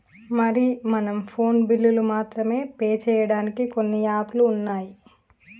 మరి మనం ఫోన్ బిల్లులు మాత్రమే పే చేయడానికి కొన్ని యాప్లు ఉన్నాయి